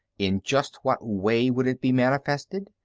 in just what way would it be manifested?